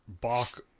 Bach